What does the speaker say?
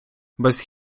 без